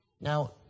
Now